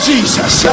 Jesus